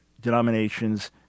denominations